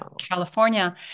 California